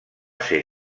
ser